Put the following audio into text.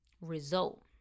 result